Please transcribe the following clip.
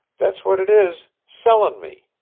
that's what it is sellin' me.